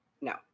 No